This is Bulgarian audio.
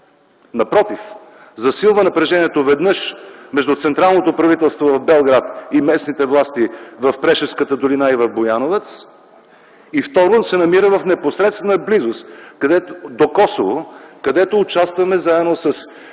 Напротив, засилва напрежението – веднъж между централното правителство в Белград и местните власти в Прешевската долина и в Бояновъц, и второ, намира се в непосредствена близост до Косово, където участваме заедно с